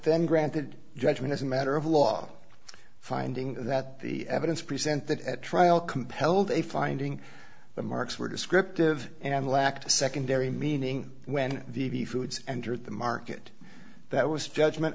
then granted judgment as a matter of law finding that the evidence presented at trial compelled a finding the marks were descriptive and lacked a secondary meaning when v v foods entered the market that was judgment